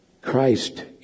Christ